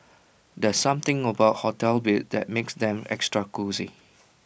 there's something about hotel beds that makes them extra cosy